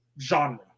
genre